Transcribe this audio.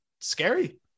scary